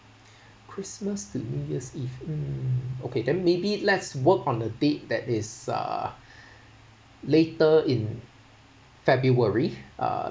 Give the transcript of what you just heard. christmas and new year's eve mm okay then maybe let's work on a date that is uh later in february uh